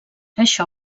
això